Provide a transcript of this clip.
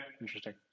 Interesting